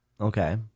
okay